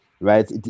Right